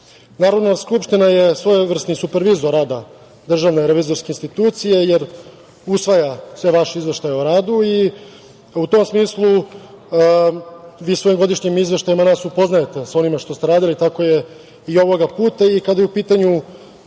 vlasti. Narodna skupština je svojevrsni supervizor rada Državne revizorske institucije, jer usvaja sve vaše izveštaje o radu i u tom smislu vi svojim godišnjim izveštajima nas upoznajete sa onim što ste radili. Tako je i ovog puta. Kada je u pitanju